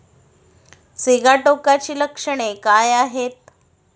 सिगाटोकाची लक्षणे काय आहेत?